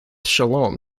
shalom